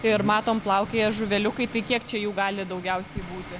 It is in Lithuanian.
ir matom plaukioja žuveliukai tai kiek čia jų gali daugiausiai būti